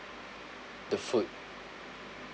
the food